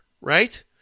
right